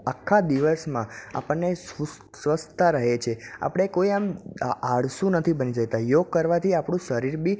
આખા દિવસમાં આપણને સ્વસ્થતા રહે છે આપણે કોઈ આમ આળસુ નથી બની જતા યોગ કરવાથી આપણું શરીર બી